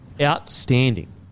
Outstanding